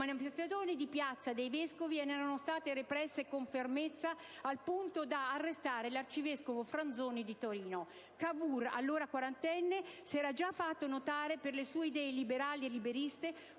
e le manifestazioni di piazza dei vescovi erano state represse con fermezza al punto di arrestare l'arcivescovo Franzoni di Torino. Cavour, allora quarantenne, si era già fatto notare per le sue idee liberali e liberiste